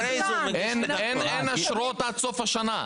אין אשרות עד סוף השנה.